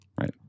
right